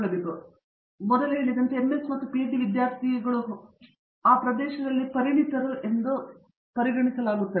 ಒಳ್ಳೆಯದು ಸರಿ ನಾನು ಮೊದಲೇ ಹೇಳಿದಂತೆ ಮತ್ತೊಮ್ಮೆ MS ಮತ್ತು PhD ಅನ್ನು ಹೊಂದಿರುವ ವಿದ್ಯಾರ್ಥಿಗಳು ಆ ಪ್ರದೇಶದಲ್ಲಿ ಪರಿಣತರು ಎಂದು ಪರಿಗಣಿಸಲಾಗುತ್ತದೆ